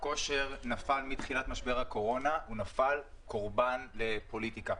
מתחילת משבר הקורונה ענף הכושר נפל קורבן לפוליטיקה.